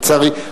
לצערי.